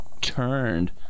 turned